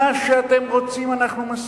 מה שאתם רוצים אנחנו מסכימים.